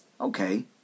Okay